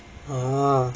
orh